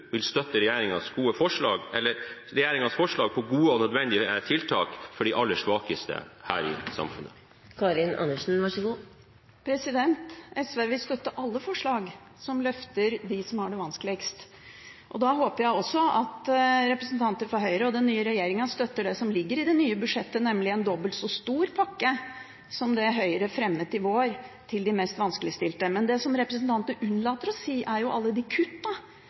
vil støtte regjeringens forslag til gode og nødvendige tiltak for de aller svakeste her i samfunnet? SV vil støtte alle forslag som løfter dem som har det vanskeligst. Da håper jeg også at representanter fra Høyre og den nye regjeringen støtter det som ligger i det nye budsjettet, nemlig en dobbelt så stor pakke som det Høyre fremmet i vår til de mest vanskeligstilte. Men det som representanten unnlater å nevne, er alle de